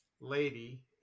lady